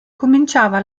cominciava